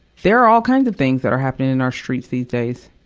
there're all kinds of things that are happened in our streets these days,